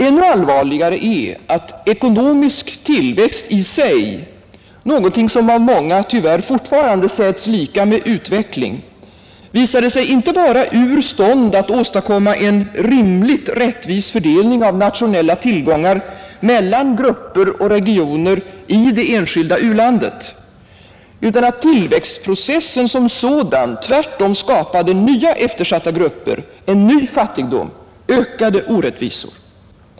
Än allvarligare är att ekonomisk tillväxt i sig — någonting som av många tyvärr fortfarande sätts lika med utveckling — visade sig inte bara ur stånd att åstadkomma en rimligt rättvis fördelning av nationella tillgångar mellan grupper och regioner i det enskilda u-landet, utan att tillväxtprocessen som sådan tvärtom skapade nya eftersatta grupper, en ny fattigdom, ökade orättvisor.